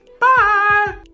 Bye